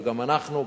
וגם אנחנו,